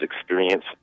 experience